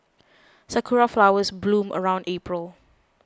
sakura flowers bloom around April